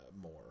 more